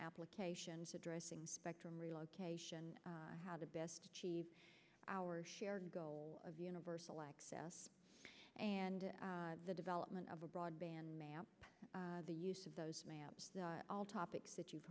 applications addressing spectrum relocation how to best cheve our shared goal of universal access and the development of a broadband map the use of those maps all topics that you've